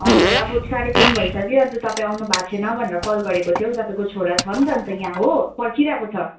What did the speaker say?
हजुर अब साँढे तिन भइसक्यो अन्त तपाईँ आउनु भएको छैन भनेर कल गरेको थिएँ हौ तपाईँको छोरा छ नि त अन्त यहाँ हो पर्खिरहेको छ